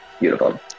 beautiful